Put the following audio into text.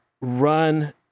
run